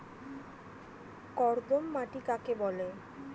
কর্দম মাটি কাকে বলে?